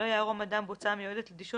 (ג) לא יערום אדם בוצה המיועדת לדישון